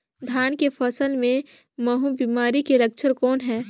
धान के फसल मे महू बिमारी के लक्षण कौन हे?